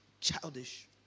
childish